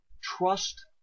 trust